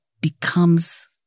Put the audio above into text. becomes